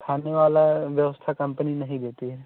खाने वाली व्यवस्था कम्पनी नहीं देती है